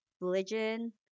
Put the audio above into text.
religion